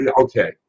okay